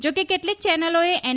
જોકે કેટલીક ચેનલોએ એન